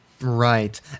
Right